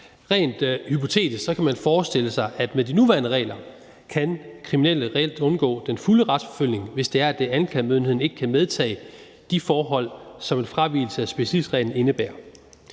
Rent hypotetisk kunne man forestille sig, at kriminelle med de nuværende regler reelt kan undgå den fulde retsforfølgning, hvis anklagemyndigheden ikke kan medtage de forhold, som en fravigelse af specialitetsreglen indebærer.